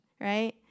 Right